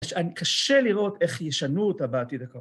‫ קשה לראות איך ישנו אותה ‫בעתיד הקרוב.